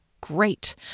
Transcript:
Great